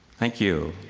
thank you.